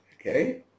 Okay